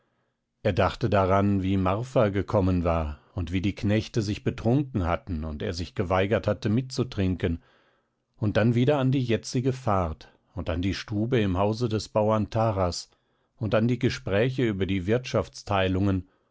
er dachte daran wie marfa gekommen war und wie die knechte sich betrunken hatten und er sich geweigert hatte mitzutrinken und dann wieder an die jetzige fahrt und an die stube im hause des bauern taras und an die gespräche über die